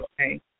Okay